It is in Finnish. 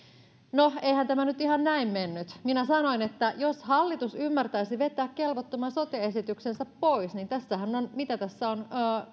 no eihän tämä nyt ihan näin mennyt minä sanoin että jos hallitus ymmärtäisi vetää kelvottoman sote esityksensä pois niin tässähän on mitä tässä on aikaa